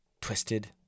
twisted